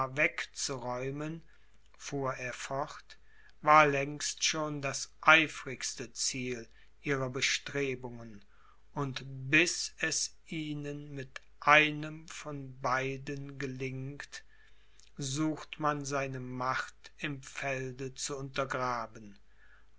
wegzuräumen fuhr er fort war längst schon das eifrigste ziel ihrer bestrebungen und bis es ihnen mit einem von beiden gelingt sucht man seine macht im felde zu untergraben